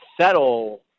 settle